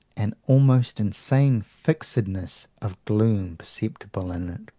an almost insane fixedness of gloom perceptible in it,